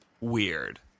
weird